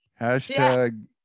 Hashtag